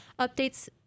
updates